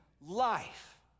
life